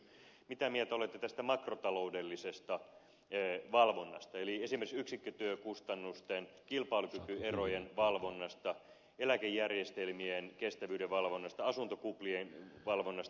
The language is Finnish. mitä mieltä olette tästä makrotaloudellisesta valvonnasta eli esimerkiksi yksikkötyökustannusten kilpailukykyerojen valvonnasta eläkejärjestelmien kestävyyden valvonnasta asuntokuplien valvonnasta